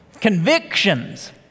convictions